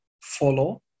follow